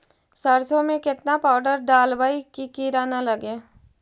सरसों में केतना पाउडर डालबइ कि किड़ा न लगे?